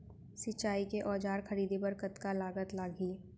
सिंचाई के औजार खरीदे बर कतका लागत लागही?